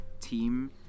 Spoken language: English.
team